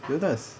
jonas